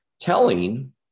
Telling